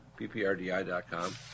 pprdi.com